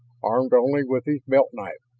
armed only with his belt knife.